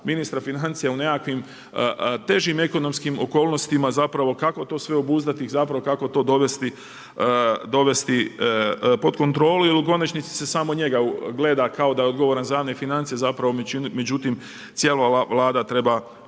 ministra financija u nekakvim težim ekonomskim okolnostima, zapravo kako to sve obuzdati, zapravo kako to dovesti pod kontrolu. Jer u konačnici se samo njega gleda kao da je odgovoran za javne financije, zapravo međutim cijela ova vlada treba